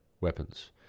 weapons